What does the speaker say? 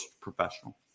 professional